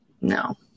No